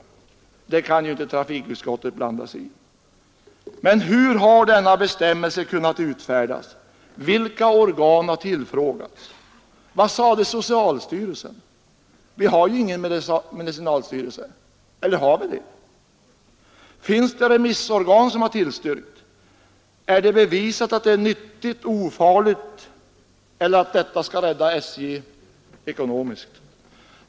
Men det kan ju inte trafikutskottet blanda sig i. Hur har denna bestämmelse kunnat utfärdas? Vilka organ har tillfrågats? Vad sade socialstyrelsen? Vi har ju ingen medicinalstyrelse — eller har vi det? Finns det remissorgan som tillstyrkt? Är det bevisat att det är nyttigt eller ofarligt — eller att detta skall rädda SJ ekonomiskt?